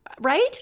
right